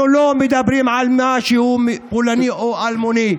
אנחנו לא מדברים על מישהו פלוני או אלמוני,